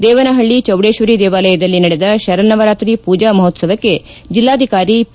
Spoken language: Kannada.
ದೇವನಹಳ್ಳ ಚೌಡೇಶ್ವರಿ ದೇವಾಲಯದಲ್ಲಿ ನಡೆದ ಶರಸ್ನವರಾತ್ರಿ ಪೂಜಾ ಮಹೋತ್ತವಕ್ಕೆ ಜಿಲ್ಲಾಧಿಕಾರಿ ಪಿ